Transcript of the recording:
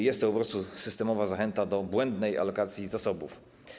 Jest to po prostu systemowa zachęta do błędnej alokacji zasobów.